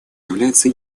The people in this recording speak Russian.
является